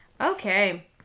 Okay